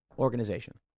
Organization